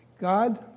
God